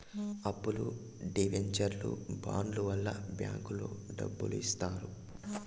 అప్పులు డివెంచర్లు బాండ్ల వల్ల బ్యాంకులో డబ్బులు ఇత్తారు